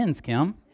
Kim